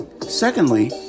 Secondly